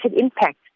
impact